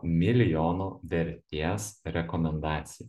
milijono vertės rekomendaciją